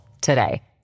today